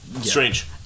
Strange